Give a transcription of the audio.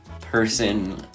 person